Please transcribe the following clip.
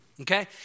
Okay